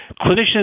Clinicians